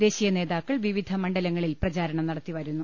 ദേശീയനേതാക്കൾ വിവിധ മണ്ഡലങ്ങളിൽ പ്രചാരണം നടത്തി വരുന്നു